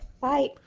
Bye